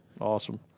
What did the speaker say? Awesome